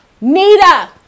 Nita